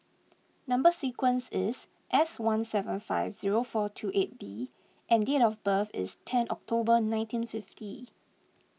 Number Sequence is S one seven five zero four two eight B and date of birth is ten October nineteen fifty